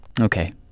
Okay